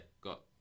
got